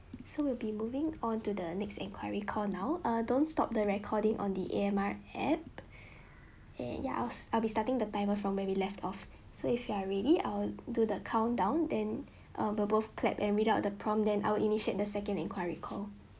so we'll be moving on to the next inquiry call now uh don't stop the recording on the A_M_R app and ya I'll I'll be starting the timer from where we left off so if you are ready I'll do the countdown then uh bo~ both clap and read out the prompt then I'll initiate the second inquiry call